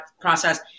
process